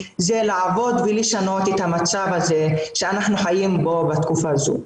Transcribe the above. זה לעבוד ולשנות את המצב הזה שאנחנו חיים בו בתקופה זו.